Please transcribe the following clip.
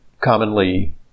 commonly